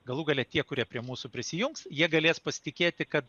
galų gale tie kurie prie mūsų prisijungs jie galės pasitikėti kad